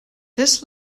this